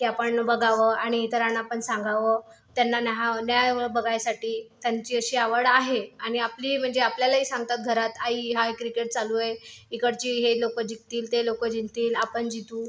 की आपण बघावं आणि इतरांना पण सांगावं त्यांना न्याहा न्यावं बघायसाठी त्यांची अशी आवड आहे आणि आपली म्हणजे आपल्यालाही सांगतात घरात आई हा क्रिकेट चालू आहे इकडची हे लोकं जिंकतील ते लोकं जिंकतील आपण जितू